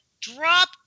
drop